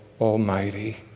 Almighty